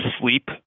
sleep